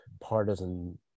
partisan